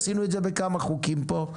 עשינו את זה בכמה חוקים פה.